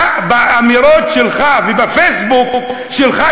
אתה באמירות שלך ובפייסבוק שלך,